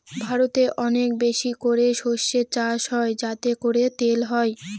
ভারতে অনেক বেশি করে সর্ষে চাষ হয় যাতে করে তেল হয়